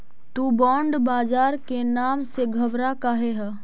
तु बॉन्ड बाजार के नाम से घबरा काहे ह?